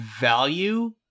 value